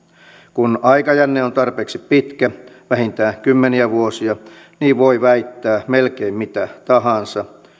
kun aikajänne on tarpeeksi pitkä vähintään kymmeniä vuosia niin voi väittää melkein mitä tahansa